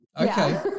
Okay